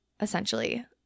essentially